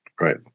Right